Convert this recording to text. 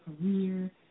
career